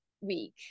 week